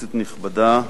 כנסת נכבדה,